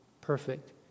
perfect